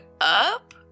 up